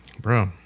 bro